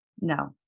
No